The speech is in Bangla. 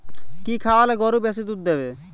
কি খাওয়ালে গরু বেশি দুধ দেবে?